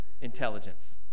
intelligence